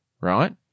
right